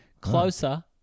Closer